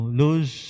lose